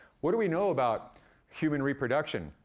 what do we know about human reproduction,